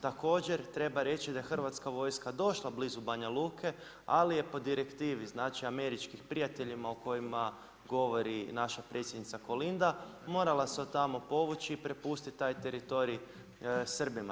Također treba reći, da je hrvatska vojska došla blizu Banja Luke, ali je po direktivi, znači američkim prijateljima, o kojima govori naša predsjednica Kolinda, morala se tamo povući i prepustiti taj teritorij Srbima.